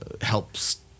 helps